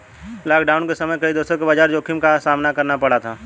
lockdown के समय कई देशों को बाजार जोखिम का सामना करना पड़ा था